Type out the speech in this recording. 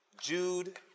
Jude